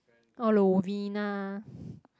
or Novena